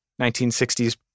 1960s